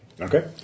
Okay